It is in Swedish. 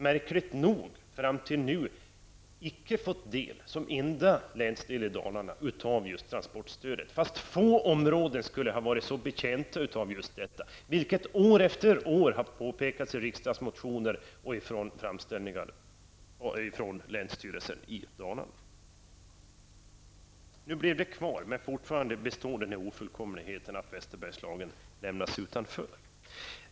Märkligt nog har Västerbergslagen tills nu som enda region i Dalarna inte fått del av transportstödet, trots att få områden skulle ha varit så betjänta av detta stöd, något som år efter år har påpekats i riksdagsmotioner och i framställningar från länsstyrelsen i Kopparbergs län. Nu blev transportstödet kvar, men fortfarande kvarstår ofullkomligheten att Västerbergslagen lämnas utanför.